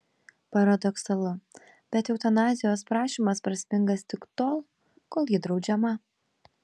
paradoksalu bet eutanazijos prašymas prasmingas tik tol kol ji draudžiama